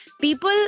People